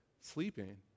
sleeping